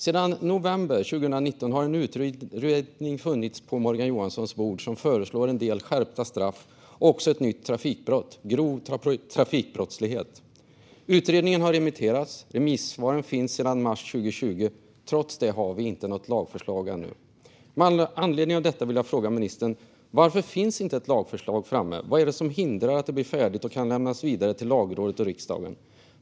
Sedan november 2019 har en utredning funnits på Morgan Johanssons bord. I den föreslås en del skärpta straff och också ett nytt trafikbrott: grov trafikbrottslighet. Utredningen har remitterats, och remissvaren finns sedan mars 2020. Trots detta har vi ännu inte något lagförslag. Med anledning av detta vill jag fråga ministern: Varför har inte ett lagförslag tagits fram? Vad är det som hindrar att det blir färdigt och kan lämnas vidare till Lagrådet och riksdagen?